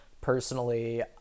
personally